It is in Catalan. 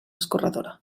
escorredora